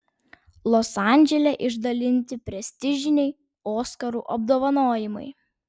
los andžele išdalinti prestižiniai oskarų apdovanojimai